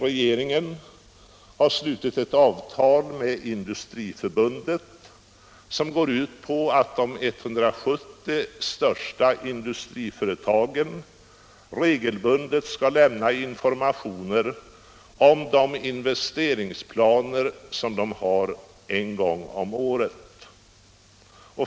Regeringen har slutit ett avtal med Industriförbundet som går ut på att de 170 största industriföretagen en gång om året skall lämna informationer om de investeringsplaner de har.